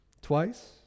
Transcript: Twice